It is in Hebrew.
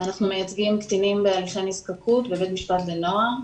אנחנו מייצגים קטינים בהליכי נזקקות בבית משפט לנוער,